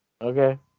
Okay